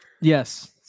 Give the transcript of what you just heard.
yes